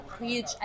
huge